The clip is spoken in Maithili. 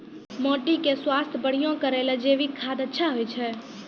माटी के स्वास्थ्य बढ़िया करै ले जैविक खाद अच्छा होय छै?